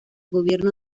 gobierno